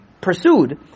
Pursued